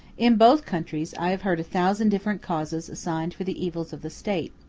in both countries i have heard a thousand different causes assigned for the evils of the state,